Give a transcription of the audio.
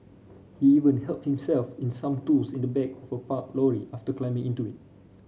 he even helped himself in some tools in the back for parked lorry after climbing into it